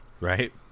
Right